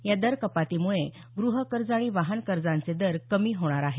या दरकपातीमुळे ग्रहकर्ज आणि वाहन कर्जांचे दर कमी होणार आहेत